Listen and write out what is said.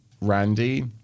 randy